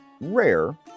rare